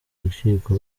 urukiko